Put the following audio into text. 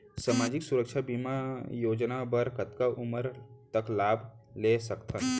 सामाजिक सुरक्षा बीमा योजना बर कतका उमर तक लाभ ले सकथन?